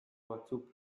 batzuk